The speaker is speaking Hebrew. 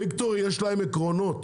יש להם עקרונות,